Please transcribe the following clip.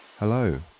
Hello